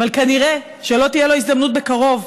אבל כנראה שלא תהיה לו הזדמנות בקרוב.